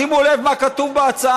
שימו לב מה כתוב בהצעה.